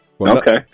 Okay